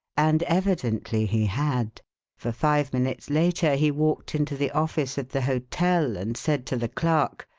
and evidently he had for five minutes later he walked into the office of the hotel, and said to the clerk,